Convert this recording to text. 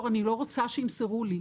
אני לא רוצה שימסרו לי.